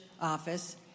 office